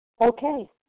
Okay